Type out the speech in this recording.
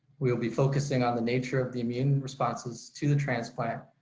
we will be focusing on the nature of the immune responses to the transplant,